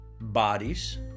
bodies